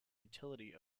utility